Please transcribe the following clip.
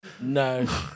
No